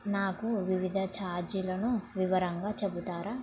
నాకు వివిధ ఛార్జీలను వివరంగా చెబుతారా